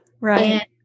Right